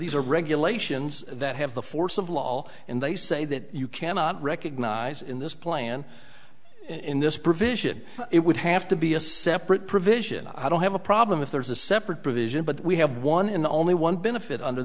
these are regulations that have the force of law and they say that you cannot recognize in this plan in this provision it would have to be a separate provision i don't have a problem if there is a separate provision but we have one in the only one benefit under